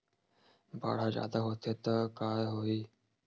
बाढ़ ह जादा होथे त का होही?